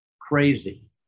crazy